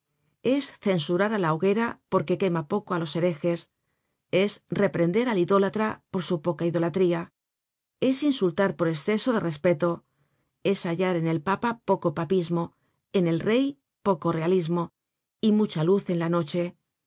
es censurar á la hoguera porque quema poco á los herejes es reprender al idólatra por su poca idolatría es insultar por esceso de respeto es hallar en el papa poco papismo en el rey poco realismo y mucha luz en la noche